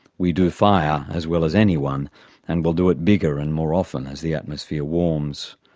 we do fire as well as anyone and we'll do it bigger and more often as the atmosphere warms.